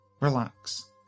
relax